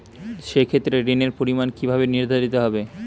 সে ক্ষেত্রে ঋণের পরিমাণ কিভাবে নির্ধারিত হবে?